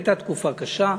הייתה תקופה קשה,